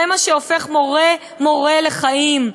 זה מה שהופך מורה למורה לחיים.